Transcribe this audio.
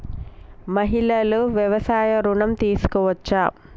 మహిళలు వ్యవసాయ ఋణం తీసుకోవచ్చా?